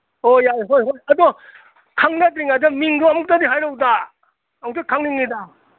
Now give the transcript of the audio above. ꯑꯣ ꯌꯥꯏ ꯍꯣꯏ ꯍꯣꯏ ꯑꯗꯣ ꯈꯪꯅꯗ꯭ꯔꯤꯉꯩꯗ ꯃꯤꯡꯗꯣ ꯑꯃꯨꯛꯇꯗꯤ ꯍꯥꯏꯔꯛꯎꯗ ꯑꯃꯨꯛꯇ ꯈꯪꯅꯤꯡꯏꯗ